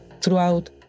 throughout